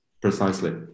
Precisely